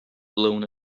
blown